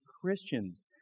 Christians